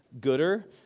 Gooder